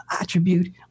attribute